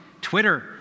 Twitter